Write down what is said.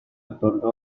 otorga